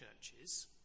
churches